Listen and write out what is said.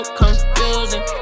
confusing